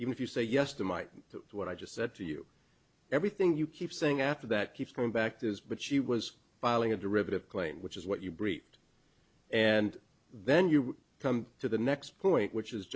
even if you say yes to my what i just said to you everything you keep saying after that keeps going back to is but she was filing a derivative claim which is what you breached and then you come to the next point which is